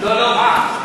לא, לא, מה?